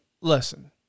listen